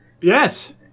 Yes